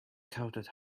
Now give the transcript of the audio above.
coated